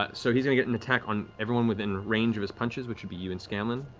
ah so he's gonna get an attack on everyone within range of his punches, which would be you and scanlan.